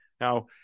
Now